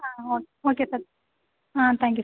ஆ ஓ okay sir ஆ thank you sir